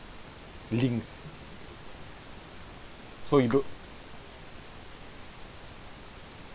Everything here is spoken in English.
linked so you do~